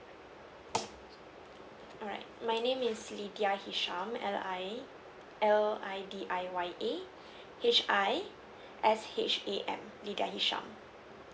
alright my name is lidiyah hisham L_I L_I_D_I_Y_A H_I_S_H_A_M lidiyah hisham